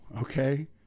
okay